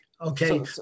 Okay